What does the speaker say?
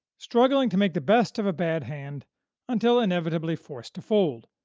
struggling to make the best of a bad hand until inevitably forced to fold,